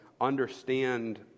understand